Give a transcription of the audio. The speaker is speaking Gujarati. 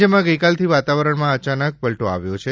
રાજયમાં ગઈકાલથી વાતાવરણમાં અચાનક પલટો આવ્યો છે